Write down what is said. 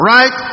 Right